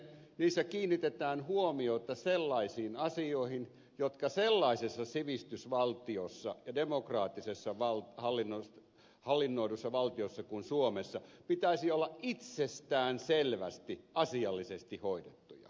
niissä kiinnitetään huomiota sellaisiin asioihin joiden sellaisessa sivistysvaltiossa ja demokraattisesti hallinnoidussa valtiossa kuin suomi pitäisi olla itsestäänselvästi asiallisesti hoidettuja